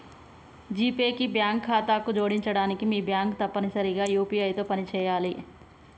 GPay కి bank ఖాతాను జోడించడానికి మీ బ్యాంక్ తప్పనిసరిగా యూ.పీ.ఐ తో పనిచేయాలే